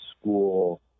school